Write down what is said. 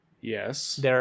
Yes